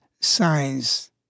signs